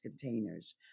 containers